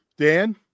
Dan